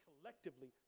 collectively